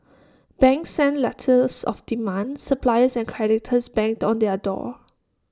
banks sent letters of demand suppliers and creditors banged on their door